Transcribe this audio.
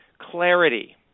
clarity